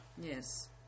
Yes